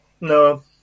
No